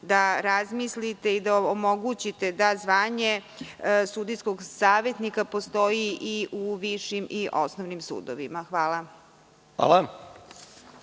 da razmislite i da omogućite da zvanje sudijskog savetnika postoji i u višim i u osnovnim sudovima. Hvala. **Žarko